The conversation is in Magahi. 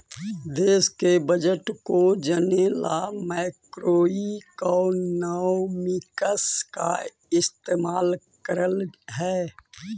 देश के बजट को जने ला मैक्रोइकॉनॉमिक्स का इस्तेमाल करल हई